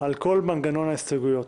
על כל מנגנון ההסתייגויות.